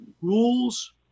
Rules